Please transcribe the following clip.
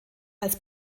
als